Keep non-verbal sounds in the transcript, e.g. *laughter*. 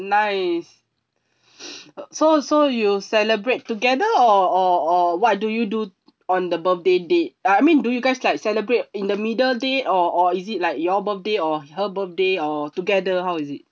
nice *noise* so so you celebrate together or or or what do you do on the birthday date uh I mean do you guys like celebrate in the middle date or or is it like your birthday or her birthday or together how is it